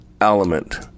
element